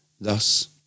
Thus